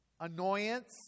annoyance